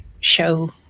show